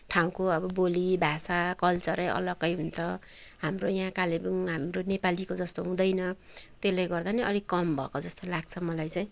ठाउँको अब बोली भाषा कल्चरै अलग्गै हुन्छ हाम्रो यहाँ कालेबुङ हाम्रो नेपालीको जस्तो हुँदैन त्यसले गर्दा पनि अलिक कम भएको जस्तो लाग्छ मलाई चाहिँ